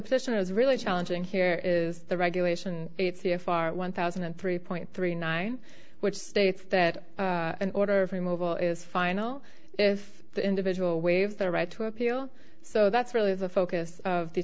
position is really challenging here is the regulation it's the a far one thousand and three point three nine which states that in order for removal is final if the individual waive the right to appeal so that's really the focus of the